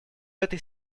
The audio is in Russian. этой